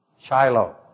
Shiloh